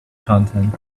content